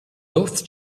both